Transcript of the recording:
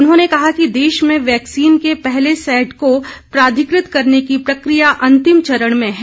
उन्होंने कहा कि देश में वैक्सीन के पहले सेट को प्राधिकृत करने की प्रक्रिया अंतिम चरण में है